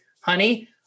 Honey